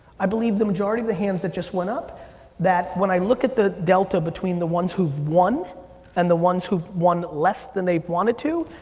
i believe the majority of the hands that just went up that when i look at the delta between the ones who've won and the ones who won less than they wanted to,